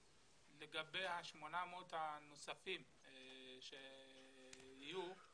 לגבי ה-800 הנוספים שיהיו,